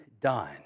done